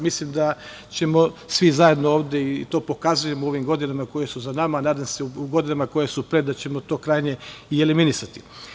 Mislim da ćemo svi zajedno ovde i to pokazujemo u ovim godinama koje su za nama, nadam se u godinama koje su pred nama da ćemo to krajnje i eliminisati.